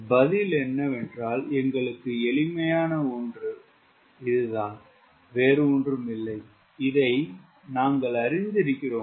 பதில் எங்களுக்கு எளிமையான ஒன்று வேறு ஒன்றும் இல்லை இதை நாங்கள் அறிந்திருக்கிறோம்